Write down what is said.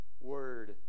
word